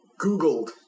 Googled